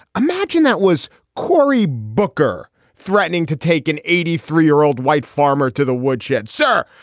imagine that was corey booker threatening to take an eighty three year old white farmer to the woodshed. sir,